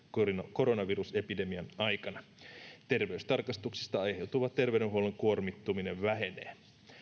koronavirusepidemian aikana terveystarkastuksista aiheutuva terveydenhuollon kuormittuminen vähenee